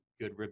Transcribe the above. good